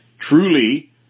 Truly